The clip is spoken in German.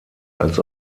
als